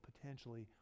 potentially